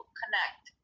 connect